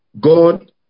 God